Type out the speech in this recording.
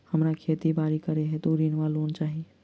हमरा खेती बाड़ी करै हेतु ऋण वा लोन चाहि?